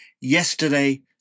yesterday